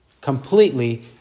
Completely